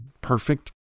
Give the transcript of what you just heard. perfect